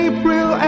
April